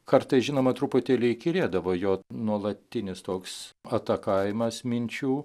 kartais žinoma truputėlį įkyrėdavo jo nuolatinis toks atakavimas minčių